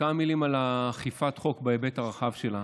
כמה מילים על אכיפת חוק בהיבט הרחב שלה.